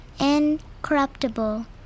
Incorruptible